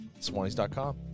Swannies.com